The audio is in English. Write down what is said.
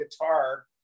guitar